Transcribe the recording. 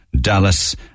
dallas